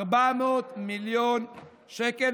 עומד על כ-400 מיליון שקל,